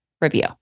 review